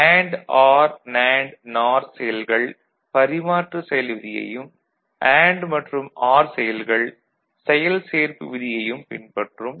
and or nand nor AND OR NAND NOR செயல்கள் பரிமாற்று செயல் விதியையும் அண்டு மற்றும் ஆர் செயல்கள் செயல் சேர்ப்பு விதியையும் பின்பற்றும்